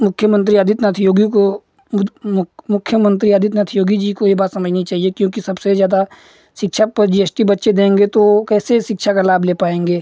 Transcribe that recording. मुख्यमंत्री आदित्य नाथ योगी को मुख मुख्यमंत्री आदित्य नाथ योगी जी को ये बात समझनी चाहिए क्योंकि सबसे ज़्यादा शिक्षा पर जी एस टी बच्चे देंगे तो कैसे शिक्षा का लाभ ले पाएंगे